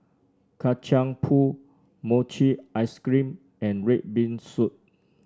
Kacang Pool Mochi Ice Cream and red bean soup